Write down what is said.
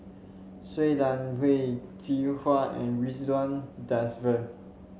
Shui Lan Wen Jinhua and Ridzwan Dzafir